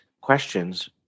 questions